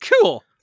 Cool